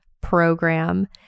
program